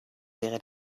wäre